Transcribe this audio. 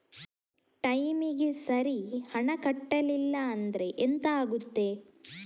ಟೈಮಿಗೆ ಸರಿ ಹಣ ಕಟ್ಟಲಿಲ್ಲ ಅಂದ್ರೆ ಎಂಥ ಆಗುತ್ತೆ?